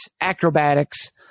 acrobatics